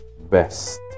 best